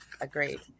Agreed